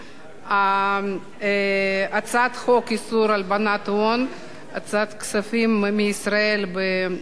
הצעת חוק איסור הלבנת הון (הוצאת כספים מישראל בעבור מסתנן,